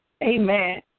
Amen